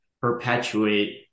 perpetuate